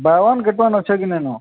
bye one get one ଅଛେ କି ନାଇନ